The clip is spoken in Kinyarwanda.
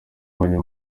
ubonye